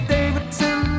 Davidson